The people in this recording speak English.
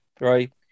right